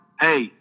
Hey